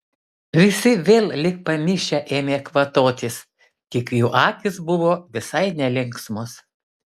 visi vėl lyg pamišę ėmė kvatotis tik jų akys buvo visai nelinksmos